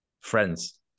Friends